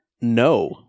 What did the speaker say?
no